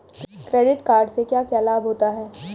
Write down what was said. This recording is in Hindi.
क्रेडिट कार्ड से क्या क्या लाभ होता है?